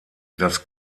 das